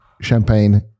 Champagne